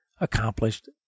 accomplished